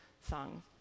song